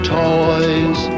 toys